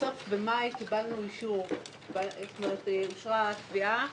בחודש מאי אושרה התביעה.